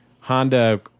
honda